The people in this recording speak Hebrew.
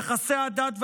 יחסי דת ומדינה,